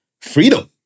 freedom